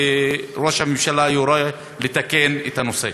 וראש הממשלה יורה לתקן את הנושא?